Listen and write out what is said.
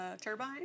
turbine